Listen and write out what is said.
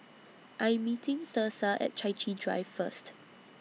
I'm meeting Thursa At Chai Chee Drive First